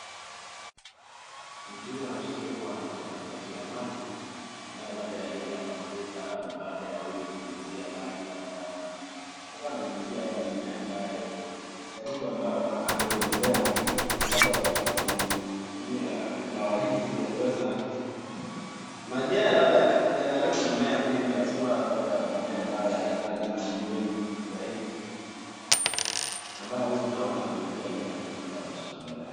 Mtu huyu anaashiria kuwa anapita katikati ya maji ambayo labda yaliweza yakafurika baada ya huyu kunyunyizia maji labda ama alikuwa ananyunyizia labda mimea ambayo, wadudu ambao walikuwa wanaharibu mimea. Labda kwa kutumia dawa hizi aliweza, maji haya labda yanaharibu mimea mingi, haswa labda mimea ambayo haihitaji maji mengi zaidi. ambaye huyu mtu alikuwa ananyunyizia mimea katika shamba lake.